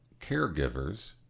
caregivers